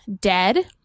dead